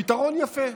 פתרון יפה,